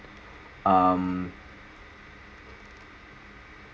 um